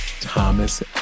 Thomas